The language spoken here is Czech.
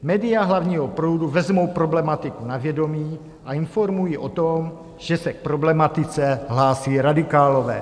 Média hlavního proudu vezmou problematiku na vědomí a informují o tom, že se k problematice hlásí radikálové.